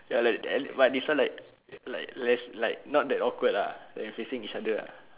ya lah then but this one like like less like not that awkward ah then facing each other uh